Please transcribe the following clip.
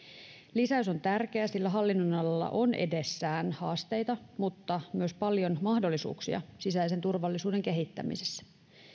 lisäys on tärkeä sillä hallinnonalalla on edessään haasteita mutta myös paljon mahdollisuuksia sisäisen turvallisuuden kehittämisessä